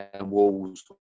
walls